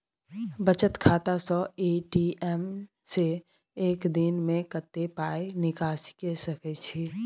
बचत खाता स ए.टी.एम से एक दिन में कत्ते पाई निकासी के सके छि?